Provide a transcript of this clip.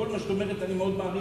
את כל מה שאת אומרת אני מאוד מעריך,